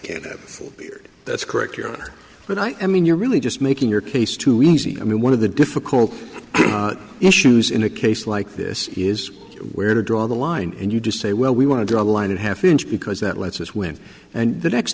full beard that's correct your honor but i mean you're really just making your case too easy i mean one of the difficult issues in a case like this is where to draw the line and you just say well we want to draw a line and half inch because that lets us win and the next